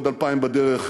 עוד 2,000 בדרך,